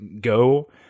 go